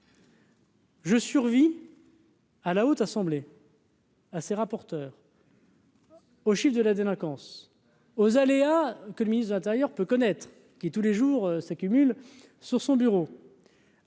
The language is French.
Je survis. à la Haute Assemblée. Ah ces rapporteurs. Aux chiffres de la délinquance aux aléas que le ministre de l'Intérieur peut connaître qui tous les jours s'accumulent sur son bureau.